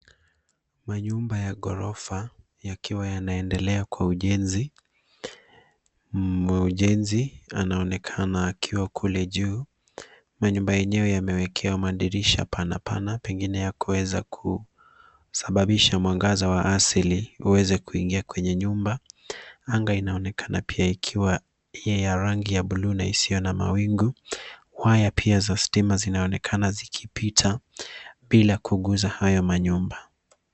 Manyumba ya ghorofa yakiwa yanaendelea kwa ujenzi. Mmoja wa wajenzi anaonekana akiwa juu. Manyumba hayo yamewekewa madirisha mapana, pengine ili kuruhusu mwangaza wa asili kuingia ndani ya nyumba. Anga pia inaonekana ikiwa ya rangi ya buluu na haina mawingu. Waya za umeme zinaonekana zikopita bila kugusa manyumba hayo.